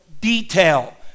detail